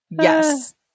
Yes